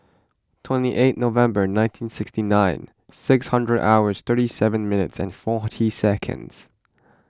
twenty eight November nineteen sixty nine six hundred hours thirty seven minutes and forty seconds